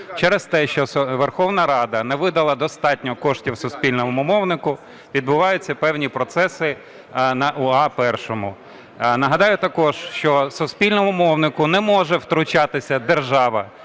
Через те, що Верховна Рада не видала достатньо коштів суспільному мовнику, відбуваються певні процеси на "UA:Першому". Нагадаю також, що суспільному мовнику не може втручатися держава